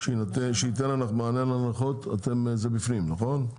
סוציואקונומי שייתן מענה להנחות זה בפנים נכון?